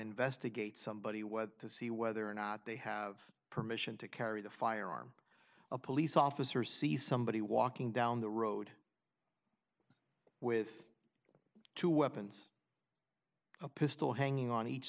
investigate somebody to see whether or not they have permission to carry the firearm a police officer sees somebody walking down the road with two weapons a pistol hanging on each